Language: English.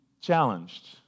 challenged